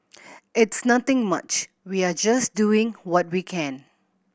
it's nothing much we are just doing what we can